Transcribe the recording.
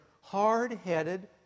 hard-headed